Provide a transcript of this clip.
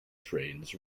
trains